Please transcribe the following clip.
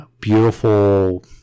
beautiful